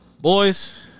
Boys